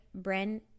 Bren